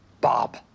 Bob